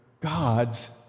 God's